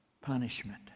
punishment